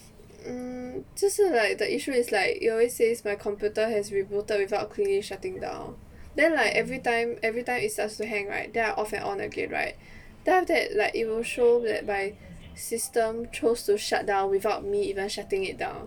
mm 就是 like the issue is like it always says my computer has rebooted without cleanly shutting down then like everytime everytime it starts to hang right then I off and on again right then after that like it will show that my system chose to shutdown without me even shutting it down